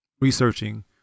researching